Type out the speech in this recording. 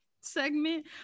segment